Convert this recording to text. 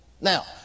Now